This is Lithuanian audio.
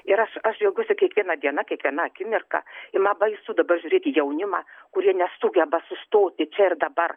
ir aš aš džiaugiuosi kiekviena diena kiekviena akimirka ir man baisu dabar žiūrėt į jaunimą kurie nesugeba sustoti čia ir dabar